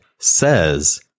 says